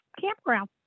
campground